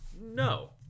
no